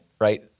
right